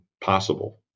possible